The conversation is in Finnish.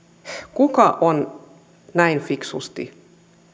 kuka on näin fiksusti